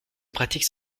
pratique